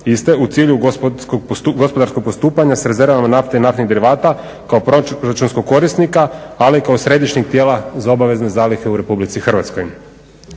iste u cilju gospodarskog postupanja s rezervama nafte i naftnih derivata kao proračunskog korisnika ali kao središnjeg tijela za obavezne zalihe u RH. Za operativno